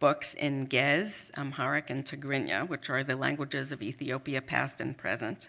books in ge'ez, amharic and tigrinya, which are the languages of ethiopia past and present.